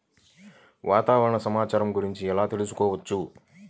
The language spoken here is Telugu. వాతావరణ సమాచారం గురించి ఎలా తెలుసుకోవచ్చు?